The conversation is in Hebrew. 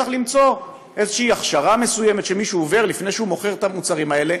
צריך למצוא הכשרה מסוימת שמישהו עובר לפני שהוא מוכר את המוצרים האלה,